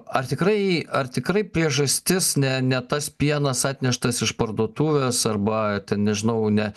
ar tikrai ar tikrai priežastis ne ne tas pienas atneštas iš parduotuvės arba ten nežinau ne